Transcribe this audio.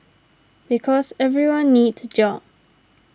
because everyone needs job